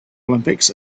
olympics